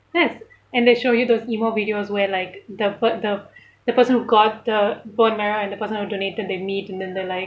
that's and they show you those emo videos where like the per~ the the person who got the bone marrow and the person who donated they meet and then they're like